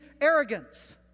Arrogance